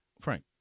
frank